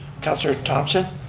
councilor thompson.